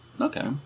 Okay